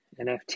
NFT